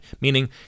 meaning